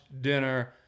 dinner